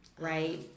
right